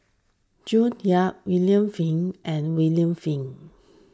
June Yap William Flint and William Flint